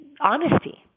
honesty